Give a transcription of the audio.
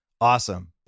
awesome